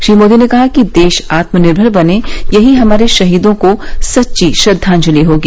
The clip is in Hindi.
श्री मोदी ने कहा कि देश आत्मनिर्भर बने यही हमारे शहीदों को सच्ची श्रद्धांजलि होगी